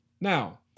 Now